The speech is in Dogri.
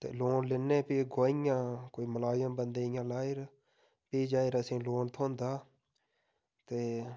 ते लोन लैन्नें फ्ही गवाहियां कोई मलाजम बंदे दियां लायर फ्ही जाए'र असेंगी लोन थ्होंदा ते